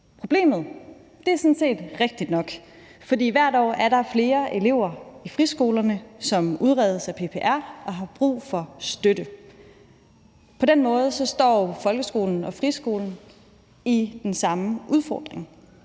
Problemet er sådan set rigtigt nok, for hvert år er der flere elever på friskolerne, som udredes af PPR og har brug for støtte. På den måde står folkeskolen og friskolen i den samme udfordring.